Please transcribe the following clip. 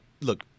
look